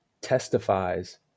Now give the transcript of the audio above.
testifies